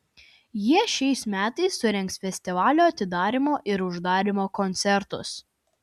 jie šiais metais surengs festivalio atidarymo ir uždarymo koncertus